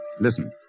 Listen